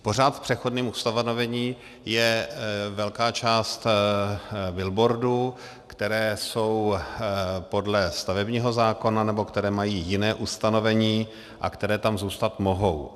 Pořád v přechodném ustanovení je velká část billboardů, které jsou podle stavebního zákona nebo které mají jiné ustanovení a které tam zůstat mohou.